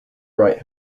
right